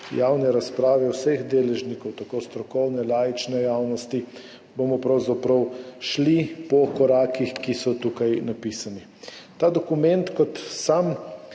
javne razprave vseh deležnikov, tako strokovne kot laične javnosti, bomo pravzaprav šli po korakih, ki so tukaj napisani. Ta dokument, kot sami